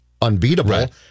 unbeatable